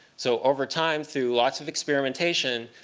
so over time, through lots of experimentation,